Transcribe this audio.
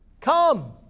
come